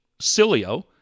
Cilio